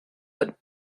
but